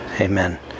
Amen